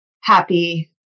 happy